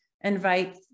invite